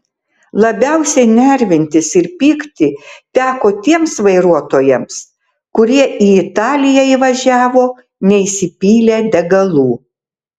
labiausiai nervintis ir pykti teko tiems vairuotojams kurie į italiją įvažiavo neįsipylę degalų